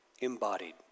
embodied